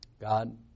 God